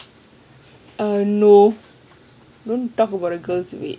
err no don't talk about the girls weight